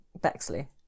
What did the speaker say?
bexley